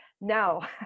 No